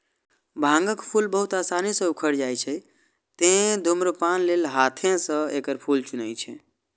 भांगक फूल बहुत आसानी सं उखड़ि जाइ छै, तें धुम्रपान लेल हाथें सं एकर फूल चुनै छै